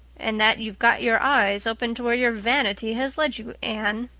and that you've got your eyes opened to where your vanity has led you, anne.